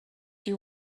you